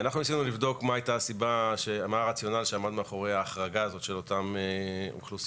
ניסינו לבדוק מה הרציונל שעמד מאחורי ההחרגה הזאת של אותן אוכלוסיות.